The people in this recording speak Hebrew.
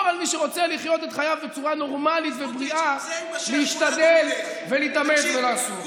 על מי שרוצה לחיות את חייו בצורה נורמלית ובריאה להשתדל להתאמץ ולעשות,